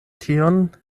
tion